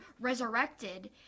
resurrected